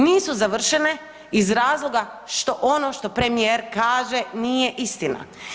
Nisu završene iz razloga što ono što premijer kaže nije istina.